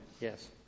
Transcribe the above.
Yes